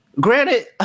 granted